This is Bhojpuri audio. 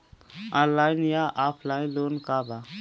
ऑनलाइन या ऑफलाइन लोन का बा?